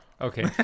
Okay